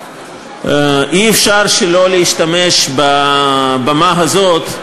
אי-אפשר שלא להשתמש בבמה הזאת,